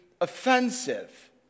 offensive